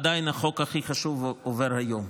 עדיין החוק הכי חשוב עובר היום,